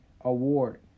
award